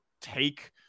take –